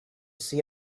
see